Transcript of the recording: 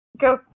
go